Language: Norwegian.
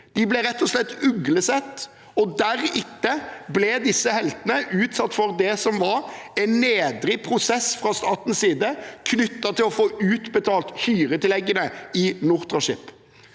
De ble rett og slett uglesett, og deretter ble disse heltene utsatt for det som var en nedrig prosess fra statens side, knyttet til å få utbetalt hyretilleggene i Nortraship.